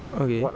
okay